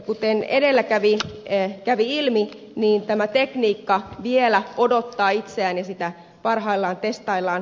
kuten edellä kävi ilmi tämä tekniikka vielä odotuttaa itseään ja sitä parhaillaan testaillaan